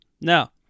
Now